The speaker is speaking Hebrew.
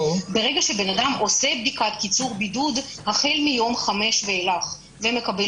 ברגע שבן אדם עושה בדיקת קיצור בידוד החל מיום חמש ואילך ומקבל